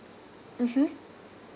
mmhmm